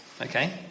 Okay